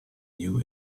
new